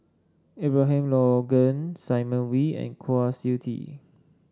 Abraham Logan Simon Wee and Kwa Siew Tee